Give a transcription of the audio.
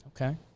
Okay